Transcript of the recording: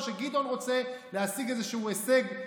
או שגדעון רוצה להשיג איזשהו הישג,